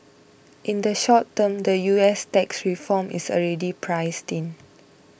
in the short term the US tax reform is already priced in